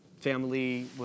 family